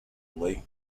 late